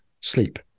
sleep